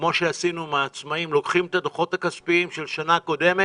כמו שעשינו עם העצמאים כאשר לוקחים את הדוחות הכספיים של שנה קודמת.